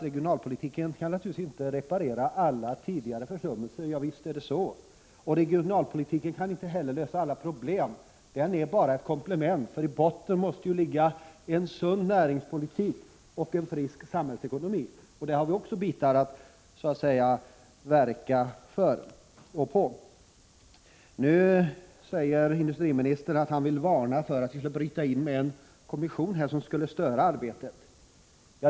Regionalpolitiken kan naturligtvis inte reparera alla tidigare försummelser — visst är det så. Och regionalpolitiken kan inte heller lösa alla problem. Den är bara ett komplement, för i botten måste ju ligga en sund näringspolitik och en frisk samhällsekonomi. Där har vi också någonting att verka för och genom. Nu säger industriministern att han vill varna för att bryta in med en kommission, som skulle störa arbetet.